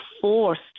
forced